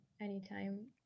anytime